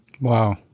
Wow